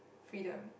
freedom